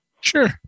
Sure